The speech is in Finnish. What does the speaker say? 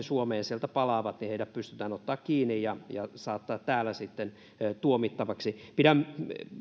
suomeen sieltä palaavat niin heidät pystytään ottamaan kiinni ja saattamaan täällä sitten tuomittaviksi pidän